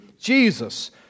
Jesus